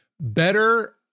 better